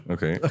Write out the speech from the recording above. Okay